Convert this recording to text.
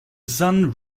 sun